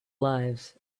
lives